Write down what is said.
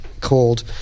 called